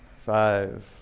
Five